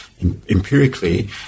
empirically